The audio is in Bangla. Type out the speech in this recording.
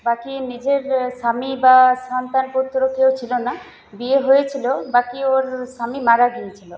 বাকি নিজের স্বামী বা সন্তান পুত্র কেউ ছিল না বিয়ে হয়েছিল বাকি ওর স্বামী মারা গিয়েছিল